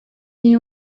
iyi